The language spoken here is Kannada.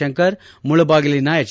ಶಂಕರ್ ಮುಳಬಾಗಿಲಿನ ಎಚ್